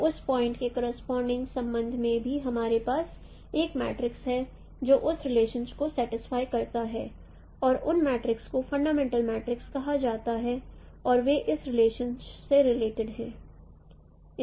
तो उस पॉइंट के करोसपोंडिंग संबंध में भी हमारे पास एक मैट्रिक्स है जो उस रिलेशनशिप को सटिस्फाई करता है और उन मैट्रिक्स को फंडामेंटल मैट्रिक्स कहा जाता है और वे इस रिलेशन से रिलेटिड हैं